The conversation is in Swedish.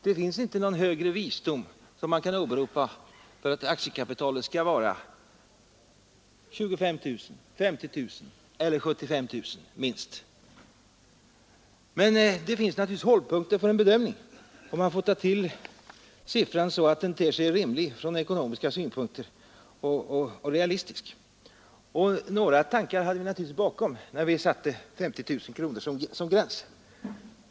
Det finns inte någon högre visdom som man kan åberopa för att aktiekapitalet skall vara minst 25 000, 50 000 eller 75 000 kronor. Men det finns naturligtvis hållpunkter för en bedömning. Man får ta till beloppet så att det ter sig rimligt och realistiskt från ekonomiska synpunkter. Några tankar fanns naturligtvis bakom när vi satte 50 000 kronor som gräns.